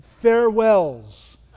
farewells